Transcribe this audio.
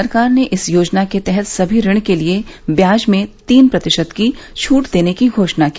सरकार ने इस योजना के तहत सभी ऋण के लिए व्याज में तीन प्रतिशत की छूट देने की घोषणा की